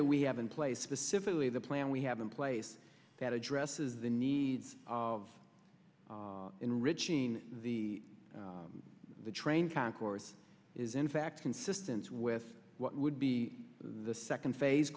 that we have in place specifically the plan we have in place that addresses the needs of enriching the the train concourse is in fact consistent with what would be the second phase